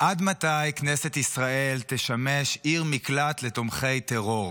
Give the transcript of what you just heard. עד מתי כנסת ישראל תשמש עיר מקלט לתומכי טרור?